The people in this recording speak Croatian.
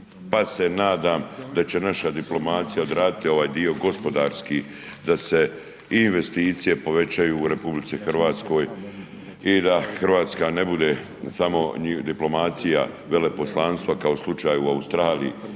pa se nadam da će naša diplomacija odraditi ovaj dio gospodarski da se i investicije povećaju u RH i da Hrvatska ne bude samo diplomacije veleposlanstva kao u slučaju u Australiji